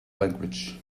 language